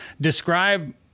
Describe